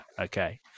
okay